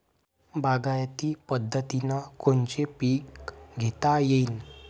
बागायती पद्धतीनं कोनचे पीक घेता येईन?